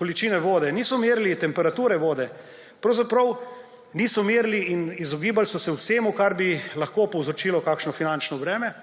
količine vode, niso merili temperature vode. Pravzaprav niso merili in izogibali so se vsemu, kar bi lahko povzročilo kakšno finančno breme,